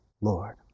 Lord